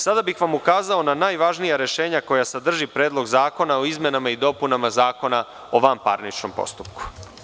Sada bih vam ukazao na najvažnija rešenja koja sadrži Predlog zakona o izmenama i dopunama Zakona o vanparničnom postupku.